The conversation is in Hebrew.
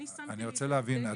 אני רוצה להבין.